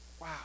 Wow